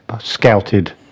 scouted